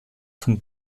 von